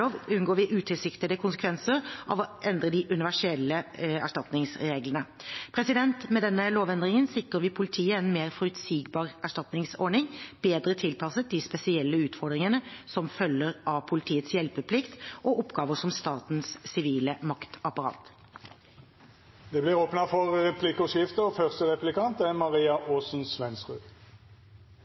unngår vi utilsiktede konsekvenser av å endre de universelle erstatningsreglene. Med denne lovendringen sikrer vi politiet en mer forutsigbar erstatningsordning, bedre tilpasset de spesielle utfordringene som følger av politiets hjelpeplikt og oppgaver som statens sivile maktapparat. Det vert replikkordskifte. Mener statsråden at det er